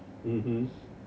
mmhmm